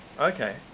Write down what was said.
Okay